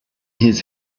his